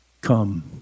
come